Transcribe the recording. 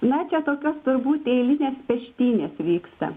na čia tokios turbūt eilinės peštynės vyksta